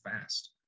fast